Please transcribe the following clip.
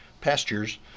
pastures